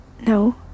No